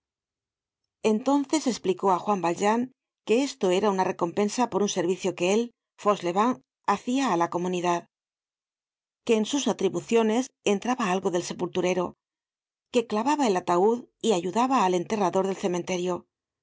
entonces esplicó á juan valjean que esto era una recompensa por un servicio que él fauchelevent hacia á la comunidad que en sus atribuciones entraba algo del sepulturero que clavaba el ataud y ayudaba al enterrador del cementerio que